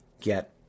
Get